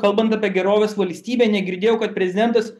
kalbant apie gerovės valstybę negirdėjau kad prezidentas